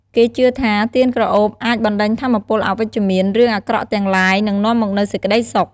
គេជឿថា ទៀនក្រអូបអាចបណ្ដេញថាមពលអវិជ្ជមាន រឿងអាក្រក់ទាំងឡាយ និងនាំមកនូវសេចក្តីសុខ។